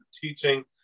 teaching